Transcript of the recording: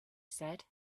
said